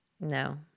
no